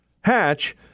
Hatch